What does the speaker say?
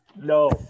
no